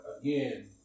again